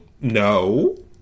No